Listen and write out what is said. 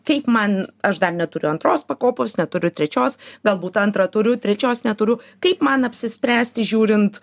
kaip man aš dar neturiu antros pakopos neturiu trečios galbūt antrą turiu trečios neturiu kaip man apsispręsti žiūrint